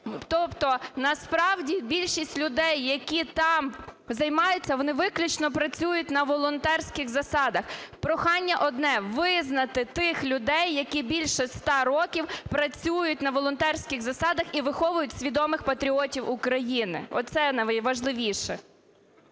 Тобто насправді більшість людей, які там займаються, вони виключно працюють на волонтерських засадах. Прохання одне – визнати тих людей, які більше 100 років працюють на волонтерських засадах і виховують свідомих патріотів України. Оце найважливіше.